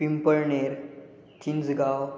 Pimpalner Chinchgaon